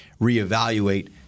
reevaluate